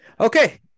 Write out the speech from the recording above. Okay